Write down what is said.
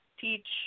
teach